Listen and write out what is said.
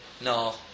no